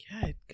Good